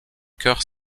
cœur